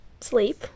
Sleep